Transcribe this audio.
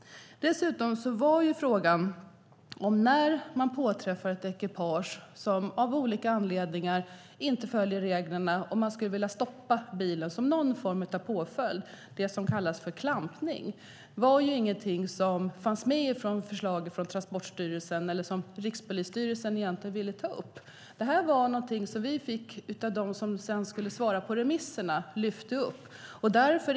Dessutom var frågan om man, när man påträffar ett ekipage som av olika anledningar inte följer reglerna och som man skulle vilja stoppa, skulle kunna använda det som kallas för klampning som påföljd. Det fanns inte med i förslaget från Transportstyrelsen, och det var inte något som Rikspolisstyrelsen egentligen ville ta upp. Det var någonting som de som sedan skulle svara på remisserna lyfte upp.